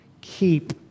Keep